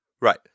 Right